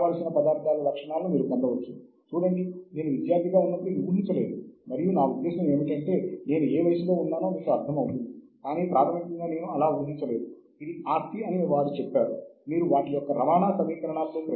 కానీ చాలా తరచుగా ఇండెస్ట్ ద్వారా పొందిన సాహిత్య వనరులు సరిపోవు